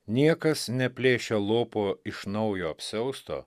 niekas neplėšia lopo iš naujo apsiausto